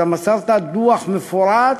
אתה מסרת דוח מפורט,